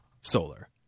solar